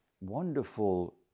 wonderful